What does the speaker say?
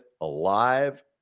alive